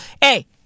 hey